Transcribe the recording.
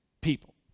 people